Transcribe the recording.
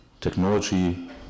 technology